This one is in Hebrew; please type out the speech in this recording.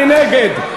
מי נגד?